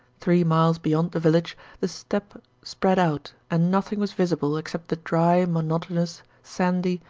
three miles beyond the village the steppe spread out and nothing was visible except the dry, monotonous, sandy,